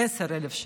10,000 שקל.